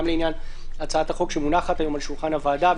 גם לעניין הצעת החוק שמונחת היום על שולחן הוועדה,